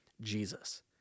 Jesus